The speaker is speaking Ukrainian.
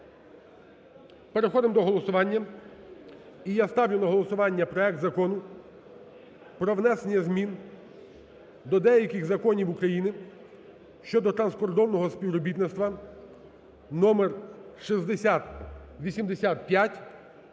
Переходимо до голосування. І я ставлю на голосування проект Закону про внесення змін до деяких законів України щодо транскордонного співробітництва, номер 6085,